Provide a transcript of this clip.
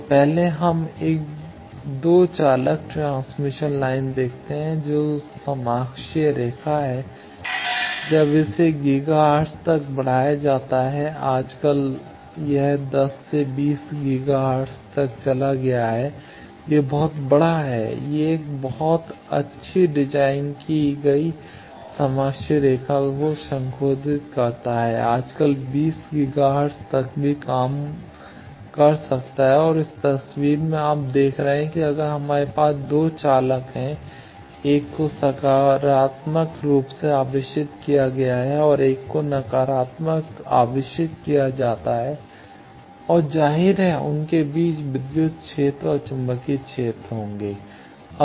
तो पहले हम एक 2 चालक ट्रांसमिशन लाइन देखते हैं जो समाक्षीय रेखा है जब इसे गीगाहर्ट्ज़ तक बढ़ाया जाता है आजकल यह 10 20 गीगाहर्ट्ज़ तक चला गया है यह बहुत बड़ा है यह एक बहुत अच्छी डिज़ाइन की गई समाक्षीय रेखा को संशोधित करता है आजकल 20 गीगाहर्ट्ज़ तक भी काम कर सकता है और इस तस्वीर में आप देख रहे हैं कि अगर हमारे पास 2 चालक हैं 1 को सकारात्मक रूप से आवेशित किया जाता है तो एक और नकारात्मक आवेशित किया जाता है और जाहिर है उनके बीच विद्युत क्षेत्र और चुंबकीय क्षेत्र होंगे